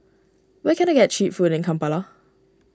where can I get Cheap Food in Kampala